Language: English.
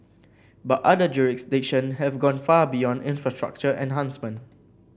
but other jurisdiction have gone far beyond infrastructure enhancement